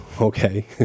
Okay